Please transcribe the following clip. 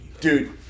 Dude